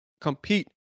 compete